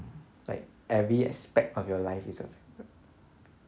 like every aspect of your life is affected